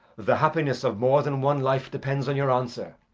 the happiness of more than one life depends on your answer.